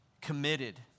Committed